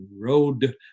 road